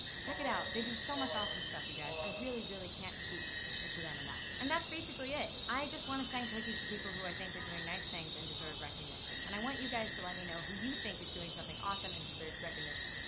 check it out. they do so much awesome stuff, you guys. i really really can't speak into them enough. and that's basically it. i just want to send cookies to people who i think are doing nice things and deserve recognition. and i want you guys to let me know who you think is doing something awesome and deserves recognition.